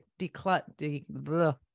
declut